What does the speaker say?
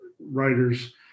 writers